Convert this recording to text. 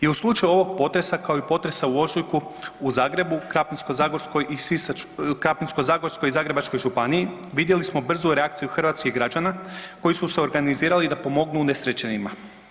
I u slučaju ovog potresa, kao i potresa u ožujku u Zagrebu, Krapinsko-zagorskoj i Zagrebačkoj županiji vidjeli smo brzu reakciju hrvatskih građana koji su se organizirali da pomognu unesrećenima.